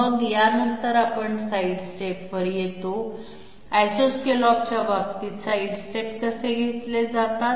मग यानंतर आपण साइडस्टेपवर येतो आयसो स्कॅलॉपच्या बाबतीत साइडस्टेप कसे घेतले जाते